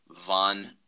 Von